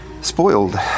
spoiled